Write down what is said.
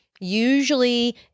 usually